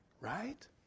right